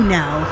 now